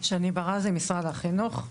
אני שני ברזי, ממשרד החינוך,